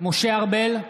משה ארבל,